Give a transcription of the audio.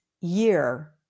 year